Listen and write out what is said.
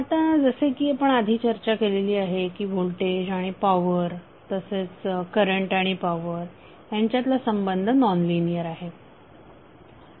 आता जसे की आपण आधी चर्चा केलेली आहे की व्होल्टेज आणि पॉवर तसेच करंट आणि पॉवर यांच्यातील संबंध नॉनलिनियर आहेत